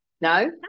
No